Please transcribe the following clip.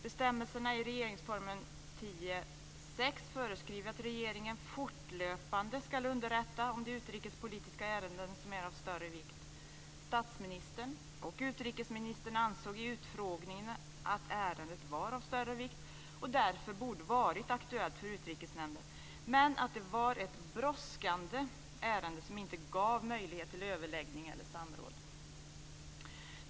Bestämmelserna i regeringsformen 10:6 föreskriver att regeringen fortlöpande ska underrätta om de utrikespolitiska ärenden som är av större vikt. Statsministern och utrikesministern ansåg i utfrågningarna att ärendet var av större vikt och därför borde varit aktuellt för Utrikesnämnden, men att det var ett brådskande ärende som inte gav möjlighet till överläggning eller samråd.